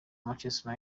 manchester